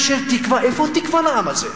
איפה התקווה לעם הזה?